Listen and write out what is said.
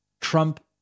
Trump